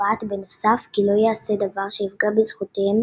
וקובעת בנוסף כי לא ייעשה דבר שיפגע בזכויותיהם